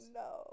no